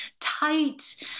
tight